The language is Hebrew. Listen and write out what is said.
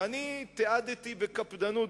ואני תיעדתי בקפדנות,